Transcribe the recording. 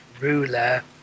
ruler